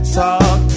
talk